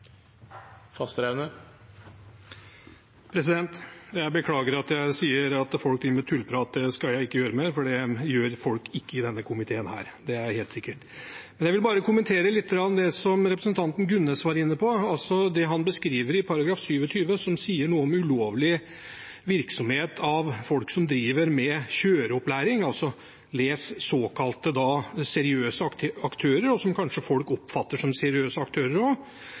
jeg beklager at jeg sier at folk driver med «tullprat» – det skal jeg ikke gjøre mer, for det gjør ikke folk i denne komiteen. Det er helt sikkert. Jeg vil bare kommentere litt det som representanten Gunnes var inne på. Når det gjelder det han beskriver, at § 27 sier noe om ulovlig virksomhet av folk som driver med kjøreopplæring, les: såkalte seriøse aktører, som kanskje folk oppfatter som seriøse aktører